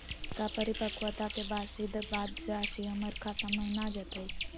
का परिपक्वता के बाद रासी हमर खाता महिना आ जइतई?